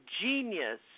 genius